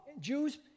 Jews